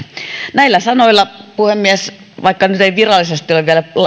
näillä sanoilla puhemies vaikka nyt ei virallisesti ole vielä